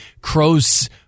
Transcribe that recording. crows